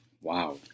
Wow